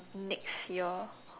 next year